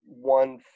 one